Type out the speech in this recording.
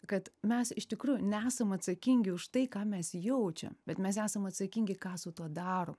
kad mes iš tikrųjų nesam atsakingi už tai ką mes jaučiam bet mes esam atsakingi ką su tuo darom